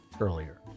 earlier